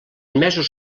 mesos